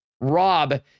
rob